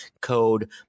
code